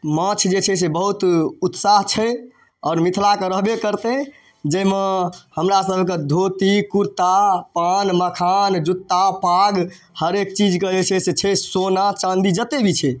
माँछ जे छै से बहुत उत्साह छै आओर मिथिला तऽ रहबे करतै जाहिमे हमरासबके धोती कुरता पान मखान जुत्ता पाग हरेक चीजके जे छै से छै सोना चाँदी जतेक भी छै